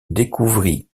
découvrit